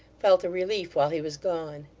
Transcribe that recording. felt a relief while he was gone.